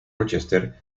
rochester